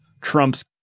Trump's